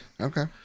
okay